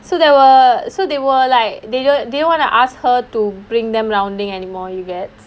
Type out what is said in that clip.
so there were so they were like they didn't want to ask her to bring them rounding anymore you get